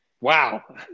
Wow